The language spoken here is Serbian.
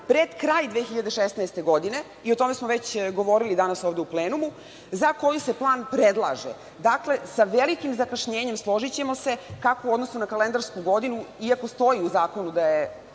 pred kraj 2016. godine i o tome smo danas već govorili ovde u plenumu, za koju se plan predlaže. Dakle, sa velikim zakašnjenjem, složićemo se, kako u odnosu na kalendarsku godinu, iako stoji u zakonu da je